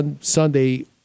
Sunday